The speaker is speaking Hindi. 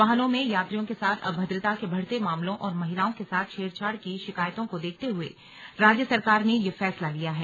वाहनों में यात्रियों के साथ अभद्रता के बढ़ते मामलों और महिलाओं के साथ छेड़छाड़ की शिकायतों को देखते हुए राज्य सरकार ने ये फैसला लिया है